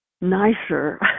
nicer